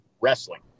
wrestling